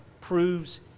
proves